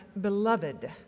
beloved